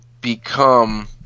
become